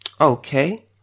okay